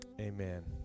amen